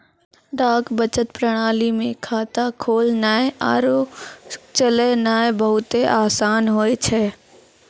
डाक बचत प्रणाली मे खाता खोलनाय आरु चलैनाय बहुते असान होय छै